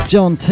John